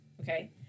okay